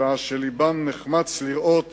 שעה שלבם נחמץ לראות